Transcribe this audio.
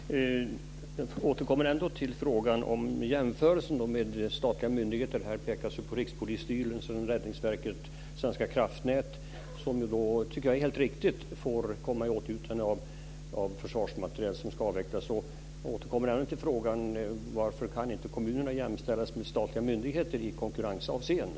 Fru talman! Jag återkommer till frågan om jämförelsen med statliga myndigheter. Här pekas på att Rikspolisstyrelsen, Räddningsverket och Svenska kraftnät helt riktigt kommer att komma i åtnjutande av försvarsmateriel som ska avvecklas. Varför kan inte kommunerna jämställas med statliga myndigheter i konkurrensavseende?